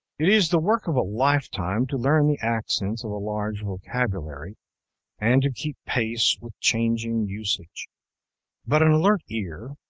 it is the work of a lifetime to learn the accents of a large vocabulary and to keep pace with changing usage but an alert ear,